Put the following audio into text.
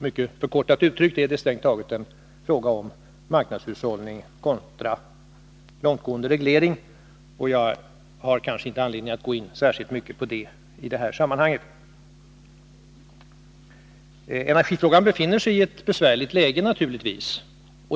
Mycket förkortat uttryckt är det strängt taget en fråga om marknadshushållning kontra långtgående reglering, och jag har kanske inte anledning att gå särskilt djupt in på detta i det här sammanhanget. Energifrågan befinner sig i ett besvärligt läge.